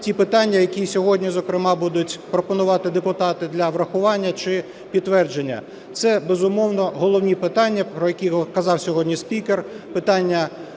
ті питання, які сьогодні, зокрема, будуть пропонувати депутати для врахування чи підтвердження. Це, безумовно, головні питання, про які казав сьогодні спікер.